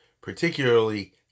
particularly